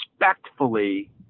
respectfully